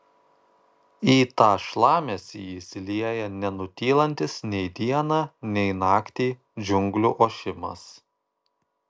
į tą šlamesį įsilieja nenutylantis nei dieną nei naktį džiunglių ošimas